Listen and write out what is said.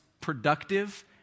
productive